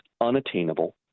unattainable